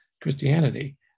Christianity